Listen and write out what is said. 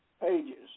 pages